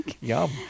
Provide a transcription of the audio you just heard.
Yum